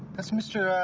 that's mr.